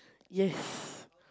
yes